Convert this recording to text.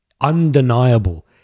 undeniable